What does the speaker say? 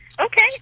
okay